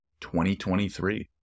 2023